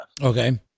Okay